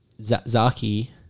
Zaki